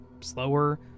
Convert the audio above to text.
slower